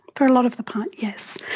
for a lot of the part, yes.